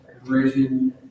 raising